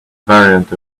variant